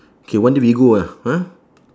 K one day we go ah ah